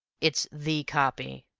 it's the copy,